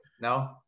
No